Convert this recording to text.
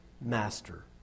master